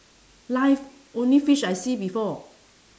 live only fish I see before